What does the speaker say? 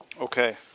Okay